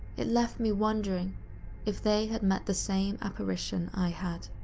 it left me wondering if they had met the same apparition i had.